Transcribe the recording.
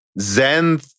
Zen